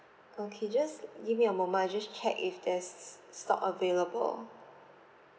okay just give me a moment I just check if there's stock available